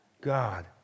God